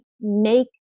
make